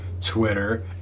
Twitter